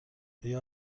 آیا